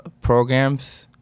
programs